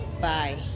Bye